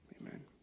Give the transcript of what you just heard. Amen